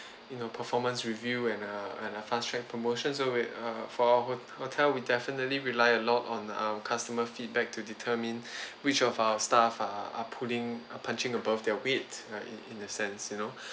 you know performance review and err and a fast track promotions so we for our hotel we definitely rely a lot on our customer feedback to determine which of our staff are are pulling are punching above their weight uh in that sense you know